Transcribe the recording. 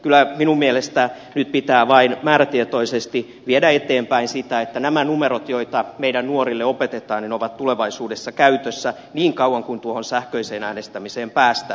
kyllä minun mielestäni nyt pitää vain määrätietoisesti viedä eteenpäin sitä että nämä numerot joita meidän nuorillemme opetetaan ovat tulevaisuudessa käytössä niin kauan kuin tuohon sähköiseen äänestämiseen päästään